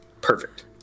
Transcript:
perfect